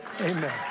Amen